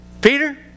Peter